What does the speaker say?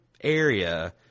area